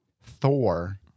Thor